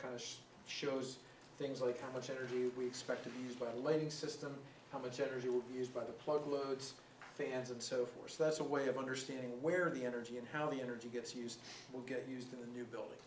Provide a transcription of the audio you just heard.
of shows things like how much energy we expect to buy a lake system how much energy will be used by the plug loads fans and so forth that's a way of understanding where the energy and how the energy gets used will get used to the new building